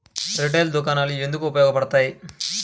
Retail దుకాణాలు ఎందుకు ఉపయోగ పడతాయి?